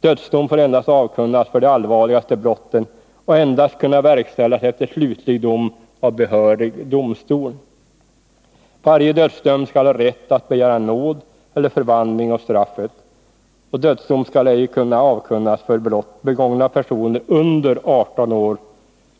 Dödsdom får endast avkunnas för de allvarligaste brotten och skall endast kunna verkställas efter slutlig dom av behörig domstol. Varje dödsdömd skall ha rätt att begära nåd eller förvandling av straffet. Dödsdom skall ej kunna avkunnas för brott begångna av personer under 18 år